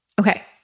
Okay